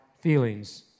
feelings